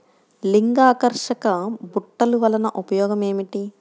లింగాకర్షక బుట్టలు వలన ఉపయోగం ఏమిటి?